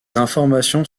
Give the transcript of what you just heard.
informations